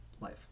life